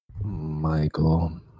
michael